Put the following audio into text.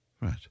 Right